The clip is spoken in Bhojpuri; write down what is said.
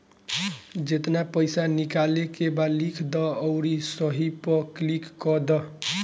जेतना पइसा निकाले के बा लिख दअ अउरी सही पअ क्लिक कअ दअ